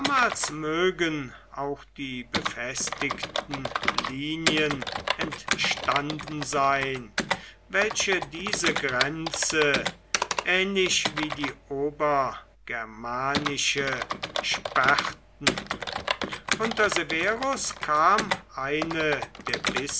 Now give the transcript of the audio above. mögen auch die befestigten linien entstanden sein welche diese grenze ähnlich wie die obergermanische sperrten unter severus kam eine der